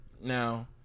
Now